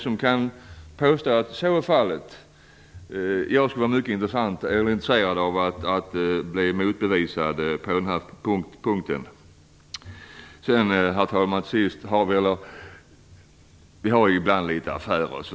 Jag skulle vara mycket intresserad av att höra bevisen för att så är fallet. Till sist, herr talman: Politiker i Sverige har ibland litet affärer.